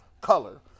color